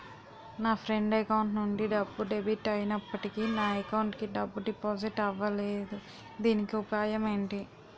నా friend account నుండి డబ్బు డెబిట్ అయినప్పటికీ నా అకౌంట్ కి డబ్బు డిపాజిట్ అవ్వలేదుదీనికి ఉపాయం ఎంటి?